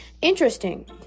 Interesting